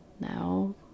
now